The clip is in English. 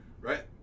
right